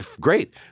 Great